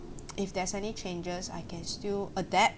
if there's any changes I can still adapt